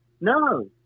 no